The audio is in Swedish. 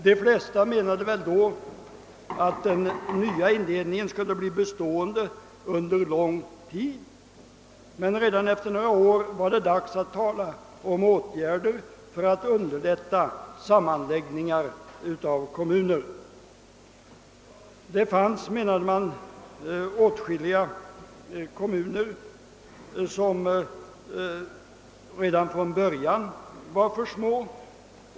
De flesta menade väl då att den nya indelningen skulle bli bestående under lång tid, men redan efter några år var det dags att tala om åtgärder för att underlätta sammanläggningar av kommuner. Det fanns, menade man, åtskilliga kommuner som redan från början var för små.